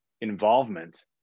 involvement